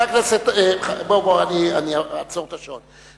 אני אעצור את השעון.